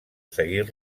seguir